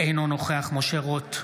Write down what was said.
אינו נוכח משה רוט,